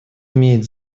имеет